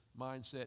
mindset